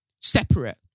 separate